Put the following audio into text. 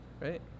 Right